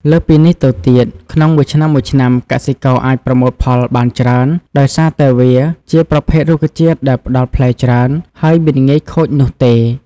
លើសពីនេះទៅទៀត ក្នុងមួយឆ្នាំៗកសិករអាចប្រមូលផលបានច្រើន ដោយសារតែវាជាប្រភេទរុក្ខជាតិដែលផ្ដល់ផ្លែច្រើន ហើយមិនងាយខូចនោះទេ។